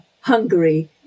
Hungary